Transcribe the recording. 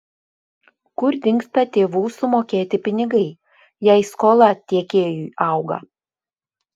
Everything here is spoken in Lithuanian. kur dingsta tėvų sumokėti pinigai jei skola tiekėjui auga